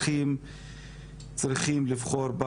צריכים לבחור,